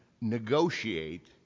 negotiate